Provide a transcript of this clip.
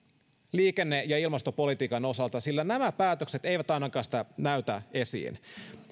liikenne ja ilmastopolitiikan osalta sillä nämä päätökset eivät ainakaan sitä näytä esiin